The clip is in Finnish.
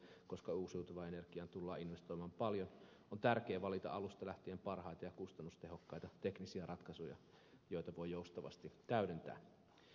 koska uusiutuvaan energiaan tullaan investoimaan paljon on tärkeää valita alusta lähtien parhaita ja kustannustehokkaita teknisiä ratkaisuja joita voi joustavasti täydentää